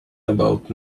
about